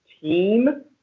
team